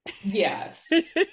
Yes